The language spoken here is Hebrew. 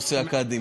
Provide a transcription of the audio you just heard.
נושא הקאדים.